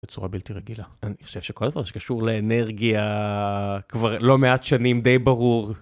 בצורה בלתי רגילה, אני חושב שכל זה שקשור לאנרגיה כבר לא מעט שנים די ברור.